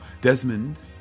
desmond